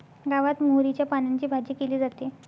गावात मोहरीच्या पानांची भाजी केली जाते